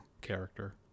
character